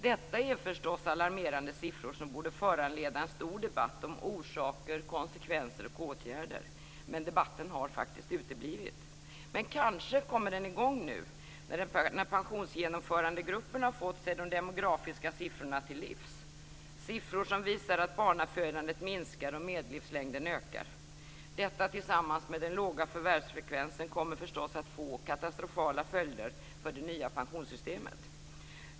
Detta är förstås alarmerande siffror som borde föranleda en stor debatt om orsaker, konsekvenser och åtgärder, men debatten har faktiskt uteblivit. Kanske kommer den i gång nu när Pensionsgenomförandegruppen har fått sig de demografiska siffrorna till livs - siffror som visar att barnafödandet minskar och medellivslängden ökar. Detta tillsammans med den låga förvärvsfrekvensen kommer förstås att få katastrofala följder för det nya pensionssystemet.